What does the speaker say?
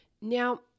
Now